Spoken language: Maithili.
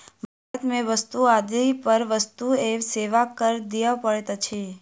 भारत में वस्तु आदि पर वस्तु एवं सेवा कर दिअ पड़ैत अछि